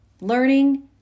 learning